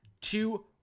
Two